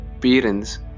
parents